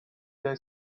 the